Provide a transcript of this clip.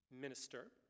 minister